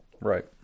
Right